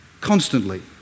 constantly